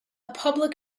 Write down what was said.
public